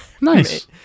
Nice